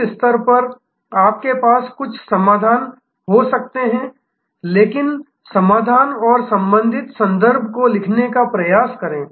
इस स्तर पर आपके पास कुछ समाधान हो सकते हैं लेकिन समाधान और संबंधित संदर्भ लिखने का प्रयास करें